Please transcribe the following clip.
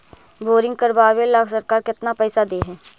Boring करबाबे ल सरकार केतना पैसा दे है?